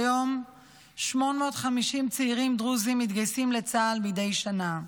כיום 850 צעירים דרוזים מתגייסים לצה"ל מדי שנה.